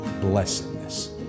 blessedness